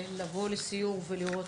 לבוא לסיור ולראות.